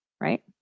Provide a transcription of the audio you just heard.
right